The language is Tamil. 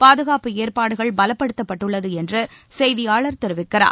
பாதுகாப்பு ஏற்பாடுகள் பலப்படுத்தப்பட்டுள்ளது என்று சுசெய்தியாளர் தெரிவிக்கிறார்